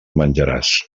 menjaràs